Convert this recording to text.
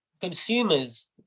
consumers